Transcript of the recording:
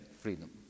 freedom